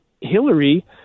Hillary